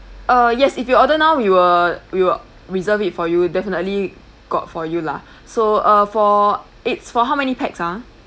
uh yes if you order now we were we'll reserve it for you definitely got for you lah so uh for it's for how many pax ah